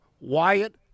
Wyatt